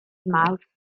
mawrth